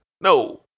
No